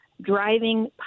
driving